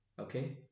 Okay